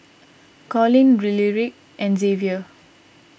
Collin Lyric and Xavier